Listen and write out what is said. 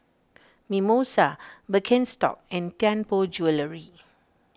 Mimosa Birkenstock and Tianpo Jewellery